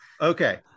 Okay